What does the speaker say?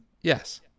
Yes